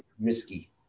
risky